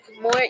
more